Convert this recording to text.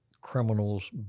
criminals